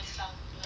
nice though